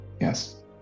yes